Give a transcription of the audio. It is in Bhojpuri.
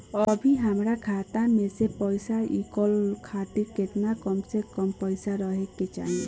अभीहमरा खाता मे से पैसा इ कॉल खातिर केतना कम से कम पैसा रहे के चाही?